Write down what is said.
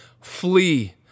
flee